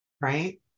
Right